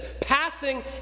passing